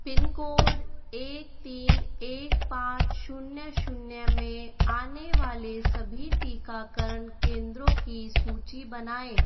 pin code एक तीन एक पाँच शून्य शून्य में आने वाले सभी टीकाकरण केंद्रों की सूची बनाएँ